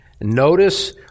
Notice